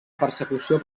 persecució